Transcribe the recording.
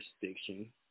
jurisdiction